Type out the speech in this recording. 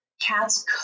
Cats